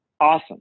awesome